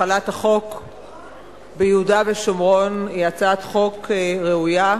החלת החוק ביהודה ושומרון) היא הצעת חוק ראויה,